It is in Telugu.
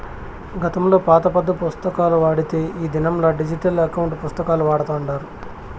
గతంలో పాత పద్దు పుస్తకాలు వాడితే ఈ దినంలా డిజిటల్ ఎకౌంటు పుస్తకాలు వాడతాండారు